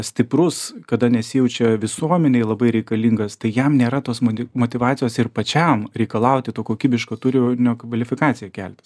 stiprus kada nesijaučiau visuomenei labai reikalingas tai jam nėra tos modid motyvacijos ir pačiam reikalauti to kokybiško turinio kvalifikacijai keltis